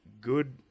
good